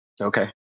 okay